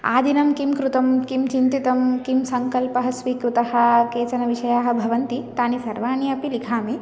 आदिनं किं कृतं किं चिन्तितं किं सङ्कल्पः स्वीकृतः केचन विषयाः भवन्ति तानि सर्वाणि अपि लिखामि